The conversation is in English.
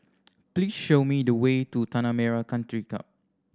please show me the way to Tanah Merah Country Club